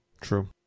True